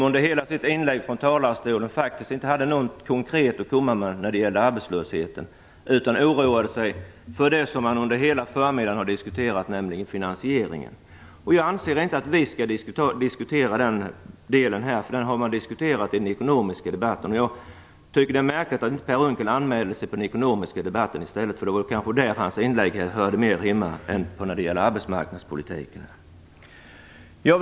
Under hela sitt inlägg hade han ingenting konkret att komma med när det gäller arbetslösheten. Han oroade sig för det som man har diskuterat under hela förmiddagen, nämligen finansieringen. Jag anser inte att vi skall diskutera den delen här. Den har man diskuterat i den ekonomiska debatten. Jag tycker att det är märkligt att Per Unckel inte anmält sig till den ekonomiska debatten i stället. Hans inlägg hörde kanske hemma där mera än i den arbetsmarknadspolitiska debatten.